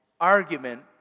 argument